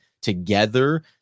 together